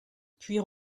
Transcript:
puis